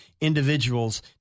individuals